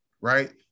right